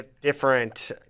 Different